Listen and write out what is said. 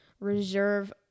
reserve